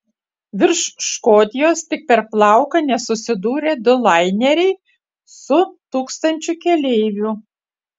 virš škotijos tik per plauką nesusidūrė du laineriai su tūkstančiu keleivių